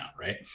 right